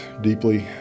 deeply